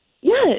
Yes